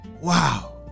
Wow